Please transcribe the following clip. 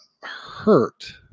hurt